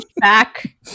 back